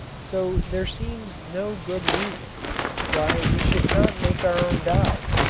so there seems no good reason why we should not make our own dyes,